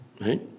right